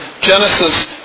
Genesis